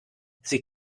sie